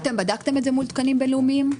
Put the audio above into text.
בדקתם את זה מול תקנים בין-לאומיים?